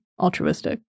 altruistic